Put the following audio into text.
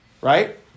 Right